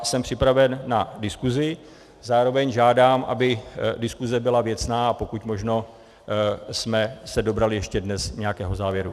Jsem připraven na diskusi, zároveň žádám, aby diskuse byla věcná a pokud možno jsme se dobrali ještě dnes nějakého závěru.